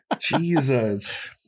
Jesus